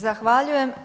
Zahvaljujem.